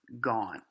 gone